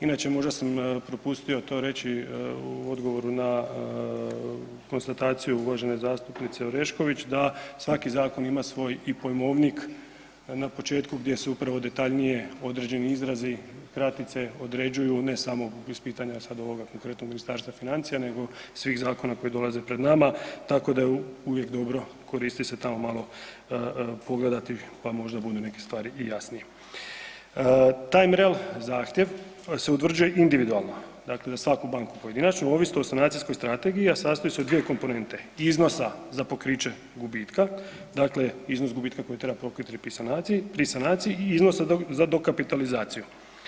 Inače možda sam propustio to reći u odgovoru na konstataciju uvažene zastupnice Orešković da svaki zakon ima i svoj pojmovnik na početku gdje su upravo detaljnije određeni izrazi, kratice, određuju ne samo iz pitanja sad ovoga konkretno Ministarstva financija nego svih zakona koji dolaze pred nama tako da je dobro koristiti se tamo malo pogledati pa možda budu neke stvari i jasnije. …/nerazumljivo/… zahtjev se utvrđuje individualno, dakle za svaku banku pojedinačno ovisno o sanacijskoj strategiji, a sastoji se od 2 komponente, iznosa za pokriće gubitka, dakle iznos gubitka koji treba pokriti pri sanaciji i iznosa za dokapitalizaciju.